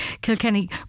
Kilkenny